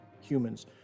humans